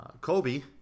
Kobe